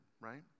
right